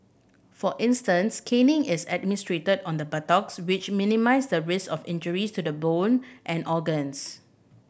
for instance caning is administered on the buttocks which minimise the risk of injury to bone and organs